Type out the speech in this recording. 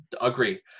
agree